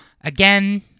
Again